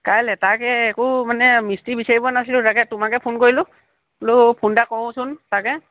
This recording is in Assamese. কাইলৈ তাকে একো মানে মিস্ত্ৰী বিচাৰি পোৱা নাছিলোঁ তাকে তোমাকে ফোন কৰিলোঁ বোলো ফোন এটা কৰোঁচোন তাকে